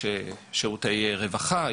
יש שירותי רווחה,